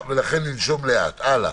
הלאה.